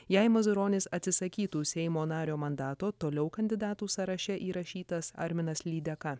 jei mazuronis atsisakytų seimo nario mandato toliau kandidatų sąraše įrašytas arminas lydeka